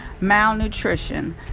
malnutrition